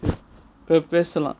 pr~ பேசலாம்:pesalam